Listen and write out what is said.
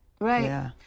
Right